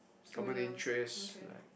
common interest like